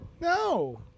No